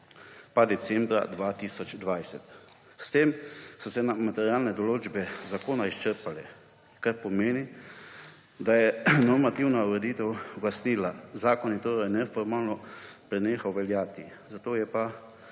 pa decembra 2020. S tem so se materialne določbe zakona izčrpale, kar pomeni, da je normativna ureditev ugasnila. Zakon je torej neformalno prenehal veljati, zato pa